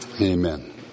Amen